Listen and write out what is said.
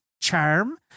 Charm